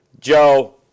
Joe